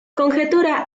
conjetura